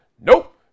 nope